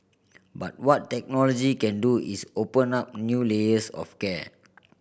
but what technology can do is open up new layers of care